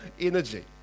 energy